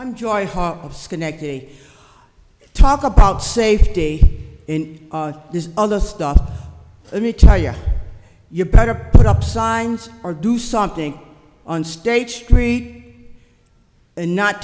i'm joy of schenectady talk about safety in this other stuff let me tell you you better put up signs or do something on state street and not